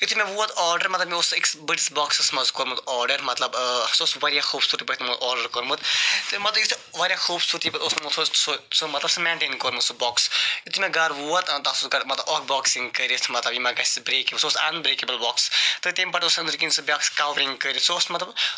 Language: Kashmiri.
یُتھُے مےٚ ووت آرڈر مگر مےٚ اوس سُہ أکِس بٔڑِس بوٚکسَس مَنٛز کوٚرمُت آرڈر مَطلَب سُہ اوس واریاہ خوبصورت پٲٹھۍ تِمو آرڈر کوٚرمُت مَطلَب واریاہ خوبصورتی پٲٹھۍ اوس تِمو مینٹین کوٚرمُت سُہ بوٚکس یُتھُے مےٚ گَرٕ ووت تتھ اکھ بوکسِنٛگ کٔرِتھ مگر یہِ ما گَژھِ برٛیک سُہ اوس اَن بریکیبل بوٚکس تہٕ تَمہِ پَتہٕ اوس أنٛدٕرۍکِنۍ سُہ بیٛاکھ سٕکالپِِرٛنٛگ کٔرِتھ سُہ اوس مَطلَب